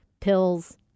Pills